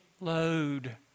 load